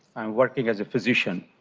working as a physician.